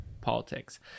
politics